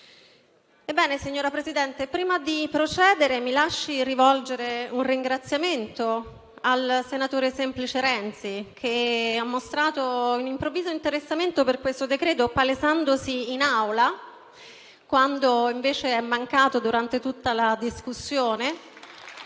calderone. Signor Presidente, prima di procedere, mi lasci rivolgere un ringraziamento al senatore semplice Renzi, che ha mostrato un improvviso interessamento per questo decreto-legge palesandosi in Aula, quando invece è mancato durante tutta la discussione.